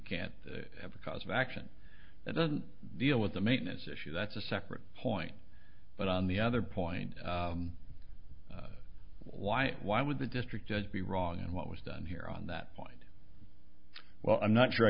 can't have a cause of action that doesn't deal with the maintenance issue that's a separate point but on the other point why why would the district judge be wrong in what was done here on that point well i'm not sure i